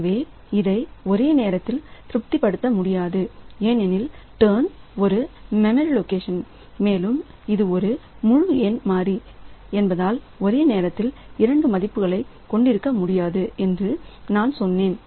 எனவே இதை ஒரே நேரத்தில் திருப்திப்படுத்த முடியாது ஏனெனில் டர்ன் ஒரு மெமரி லொகேஷன் மேலும் இது ஒரு முழு எண் மாறி என்பதால் ஒரே நேரத்தில் இரண்டு மதிப்புகளைக் கொண்டிருக்க முடியாது என்று நான் சொன்னேன்